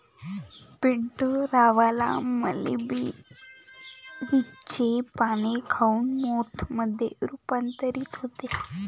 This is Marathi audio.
पिंटू लारवा मलबेरीचे पाने खाऊन मोथ मध्ये रूपांतरित होते